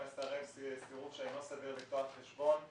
לסרב בסבירות שאינה סבירה לפתוח חשבון,